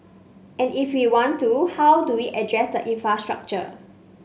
and if we want to how do we address the infrastructure